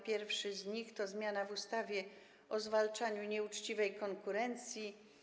Pierwszy z nich to zmiana w ustawie o zwalczaniu nieuczciwej konkurencji.